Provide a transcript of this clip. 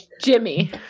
Jimmy